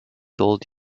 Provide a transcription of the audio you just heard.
told